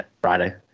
Friday